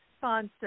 Sponsor